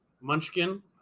munchkin